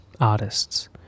artists